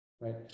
Right